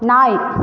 நாய்